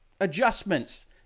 adjustments